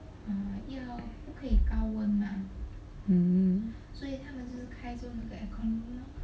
hmm